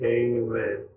amen